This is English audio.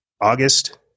August